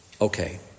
Okay